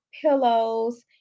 pillows